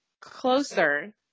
closer